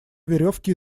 веревке